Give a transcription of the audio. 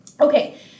Okay